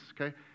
okay